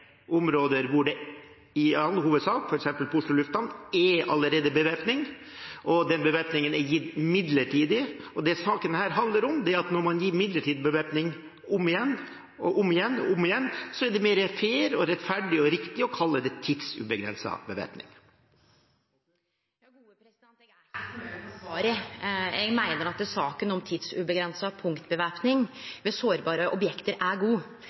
bevæpning, og at den bevæpningen er gitt midlertidig. Det denne saken handler om, er at når man gir midlertidig bevæpning om igjen – og om igjen og om igjen – er det mer fair, rettferdig og riktig å kalle det tidsubegrenset bevæpning. Eg er ikkje fornøgd med svaret. Eg meiner at vurderinga som tillèt tidsuavgrensa punktvæpning ved sårbare objekt er god,